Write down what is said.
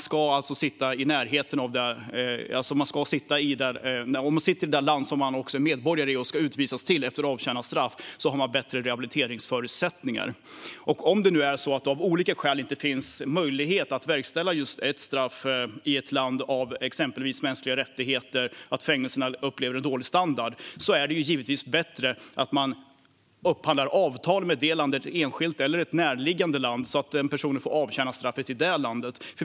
Om man sitter av sitt straff i det land som man är medborgare i och som man skulle utvisas till efter avtjänat straff har man bättre rehabiliteringsförutsättningar. Om det nu är så att det av olika skäl inte finns möjlighet att verkställa ett straff i ett land, exempelvis av skäl som har med mänskliga rättigheter att göra eller på grund av att fängelserna håller dålig standard, är det givetvis bättre att man upphandlar avtal enskilt med landet i fråga eller med ett närliggande land, så att personen får avtjäna straffet i det landet.